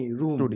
room